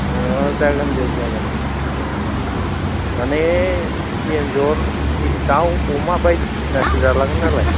अ जागोन दे जागोन अ माने एन्जर दाउ अमा बायदिसिनासो जालाङो नालाय